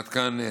עד כאן.